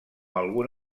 algun